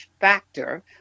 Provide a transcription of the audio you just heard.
factor